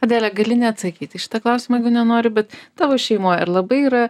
adele gali neatsakyt į šitą klausimą jeigu nenori bet tavo šeimoj ar labai yra